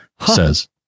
says